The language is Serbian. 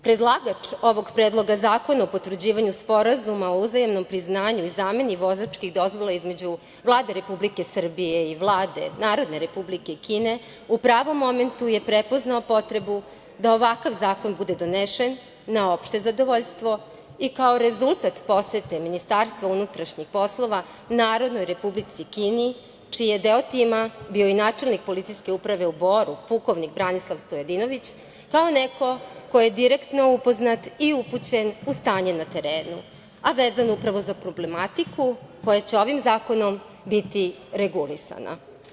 Predlagač ovog Predloga zakona o potvrđivanju Sporazuma o uzajamnom priznanju i zameni vozačkih dozvola između Vlade Republike Srbije i Vlade Narodne Republike Kine u pravom momentu je prepoznao potrebu da ovakav zakon bude donesen na opšte zadovoljstvo i kao rezultat posete Ministarstva unutrašnjih poslova Narodnoj Republici Kini, čiji je deo tima bio i načelnik Policijske uprave u Boru pukovnik Branislava Stojadinović, kao neko ko je direktno upoznat i upućen u stanje na terenu, a vezano upravo za problematiku koja će ovim zakonom biti regulisana.